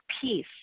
peace